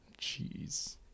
Jeez